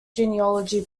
genealogy